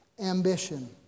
ambition